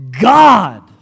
God